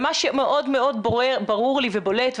ומה שמאוד ברור לי ובולט,